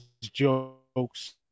jokes